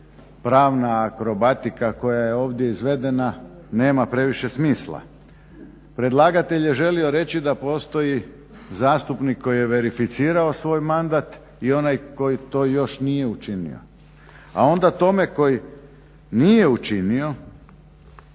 pravna akrobatika koja je ovdje izvedena nema previše smisla. Predlagatelj je želio reći da postoji zastupnik koji je verifecirao svoj mandat i onaj koji to još nije učinio. A onda tome koji nije učinio